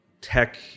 tech